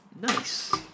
Nice